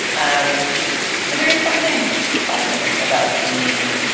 um so there is something pleasant about seeing,